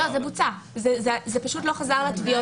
לא, זה בוצע, זה פשוט לא חזר עדיין לתביעות.